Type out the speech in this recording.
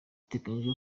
biteganyijwe